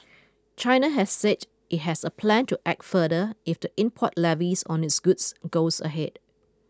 China has said it has a plan to act further if the import levies on its goods goes ahead